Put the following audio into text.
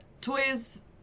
toys